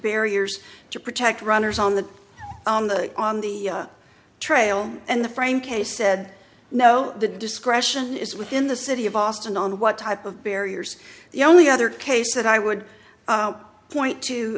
barriers to protect runners on the on the on the trail and the frame kay said no the discretion is within the city of austin on what type of barriers the only other case that i would point to